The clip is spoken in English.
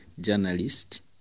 journalist